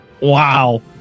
Wow